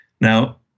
Now